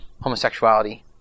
homosexuality